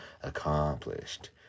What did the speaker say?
accomplished